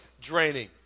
draining